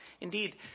Indeed